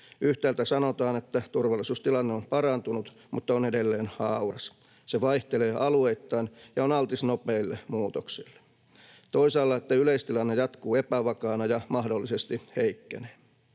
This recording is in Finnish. Yhtäällä sanotaan, että turvallisuustilanne on parantunut mutta on edelleen hauras, se vaihtelee alueittain ja on altis nopeille muutoksille, toisaalla, että yleistilanne jatkuu epävakaana ja mahdollisesti heikkenee.